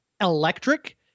electric